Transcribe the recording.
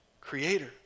Creator